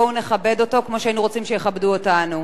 בואו נכבד אותו כמו שהיינו רוצים שיכבדו אותנו.